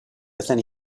within